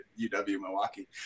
UW-Milwaukee